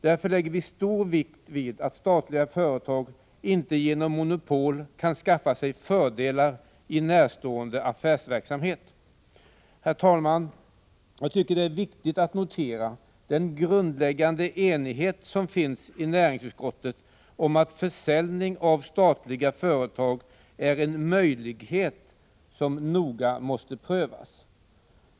Därför lägger vi stor vikt vid att statliga företag inte genom monopol kan skaffa sig fördelar i närstående affärsverksamhet. Herr talman! Jag tycker det är viktigt att notera den grundläggande enighet som finns i näringsutskottet om att försäljning av statliga företag är en möjlighet som noga måste prövas.